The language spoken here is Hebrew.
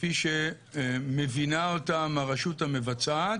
כפי שמבינה אותם הרשות המבצעת,